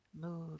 Move